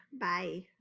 Bye